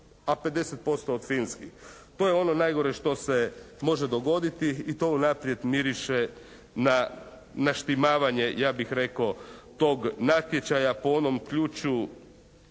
a 50% od finskih. To je ono najgore što se može dogoditi i to unaprijed miriše na naštimavanje ja bih rekao tog natječaja po onom ključu